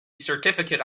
certificate